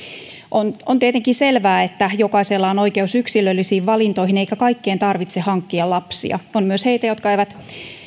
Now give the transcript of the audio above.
on on tietenkin selvää että jokaisella on oikeus yksilöllisiin valintoihin eikä kaikkien tarvitse hankkia lapsia on myös heitä jotka eivät